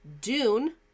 Dune